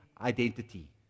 identity